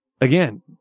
again